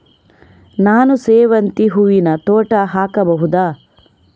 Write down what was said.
ನಾನು ಸೇವಂತಿ ಹೂವಿನ ತೋಟ ಹಾಕಬಹುದಾ?